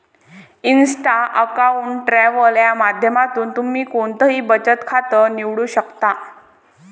Insta account travel च्या माध्यमातून तुम्ही कोणतंही बचत खातं निवडू शकता